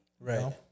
Right